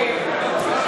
מים.